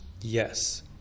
yes